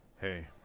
Hey